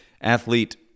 athlete